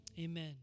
Amen